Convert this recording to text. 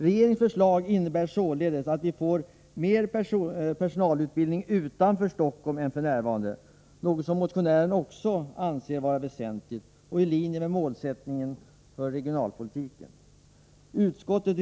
Regeringens förslag innebär att vi får mer personalutbildning utanför Stockholm än f. n., något som också motionären anser vara väsentligt och i linje med målsättningen för regionalpolitiken.